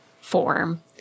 form